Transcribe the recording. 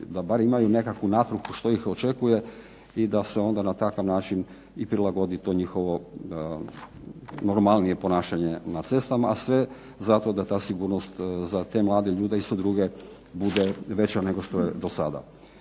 da bar imaju nekakvu natruhu što ih očekuje i da se onda na takav način i prilagodi to njihovo normalnije ponašanje na cestama, a sve zato da ta sigurnost za te mlade ljude isto druge bude veća nego što je do sada.